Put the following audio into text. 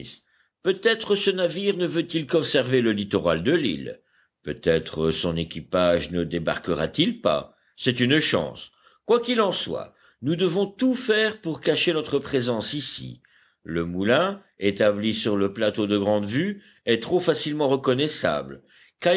peut-être ce navire ne veut-il qu'observer le littoral de l'île peut-être son équipage ne débarquera t il pas c'est une chance quoi qu'il en soit nous devons tout faire pour cacher notre présence ici le moulin établi sur le plateau de grande vue est trop facilement reconnaissable